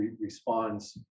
responds